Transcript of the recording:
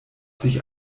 sich